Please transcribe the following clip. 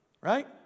right